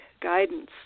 guidance